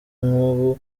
nkubu